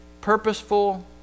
purposeful